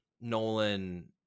Nolan